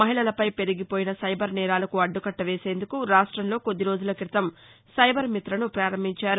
మహిళలపై పెరిగిపోయిన సైబర్ నేరాలకు అడ్డుకట్ట వేసేందుకు రాష్టంలో కొద్ది రోజుల క్రితం సైబర్ మిత్రను ప్రారంభించారు